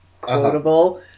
quotable